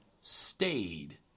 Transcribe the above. stayed